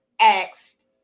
asked